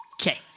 Okay